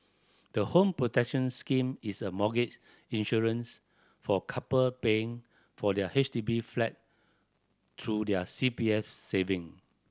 the Home Protection Scheme is a mortgage insurance for couple paying for their H D B flat through their C P F saving